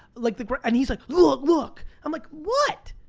like, the ground, and he's like, look, look! i'm like, what?